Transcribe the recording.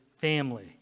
family